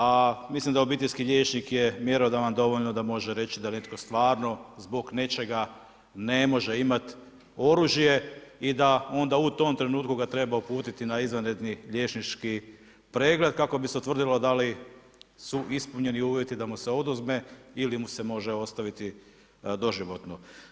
A mislim da obiteljski liječnik je mjerodavan dovoljno da može reći da netko stvarno zbog nečega ne može imati oružje i da onda u tom trenutku ga treba uputiti na izvanredni liječnički pregled kako bi se utvrdilo da li su ispunjeni uvjeti da mu se oduzme ili mu se može ostaviti doživotno.